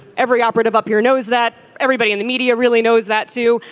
every operative up here knows that everybody in the media really knows that too.